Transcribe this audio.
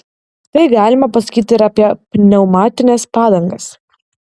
tai galima pasakyti ir apie pneumatines padangas